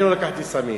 אני לא לקחתי סמים.